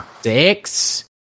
six